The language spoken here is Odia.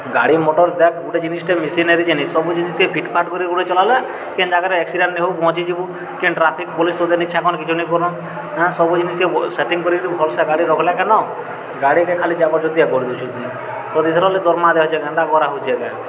ଗାଡ଼ି ମଟର୍ ଦେଖ୍ ଗୁଟେ ଜିନିଷ୍ଟେ ମିସିନାରି ଜିନିଷ୍ ଫିଟ୍ଫାଟ୍ କରିି ଗୁଟେ ଚଲାଲେ କେନ୍ ଜାଗାରେ ଏକ୍ସିଡେଣ୍ଟ୍ ନି ହେଉ ବଞ୍ଚି ଯିବୁ କି କେନ୍ ଟ୍ରାଫିକ୍ ପୋଲିସ୍ ତତେ ନି ଛେକନ୍ କି ନି କରନ୍ ସବୁ ଜିନିଷ୍ ସେଟିଙ୍ଗ୍ କରିକି ଭଲ୍ସେ ଗାଡ଼ି ରଖ୍ଲେ କାନ ଗାଡ଼ିିକେ ଖାଲି ଜାବର୍ଜତିଆ କରିଦେଉଛୁ ତୁଇ ତତେ ଇଥିରର୍ ଲାଗି ଦର୍ମା ଦିଆହେଉଛେ କାଏଁ ଇ'ଟା କରାହେଉଛେ କାଏଁ